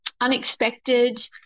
unexpected